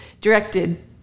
directed